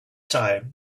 time